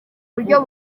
buryo